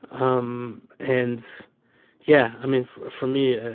um and yeah. i mean, for me, ah